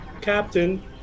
Captain